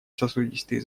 сосудистые